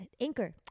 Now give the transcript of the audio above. anchor